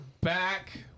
back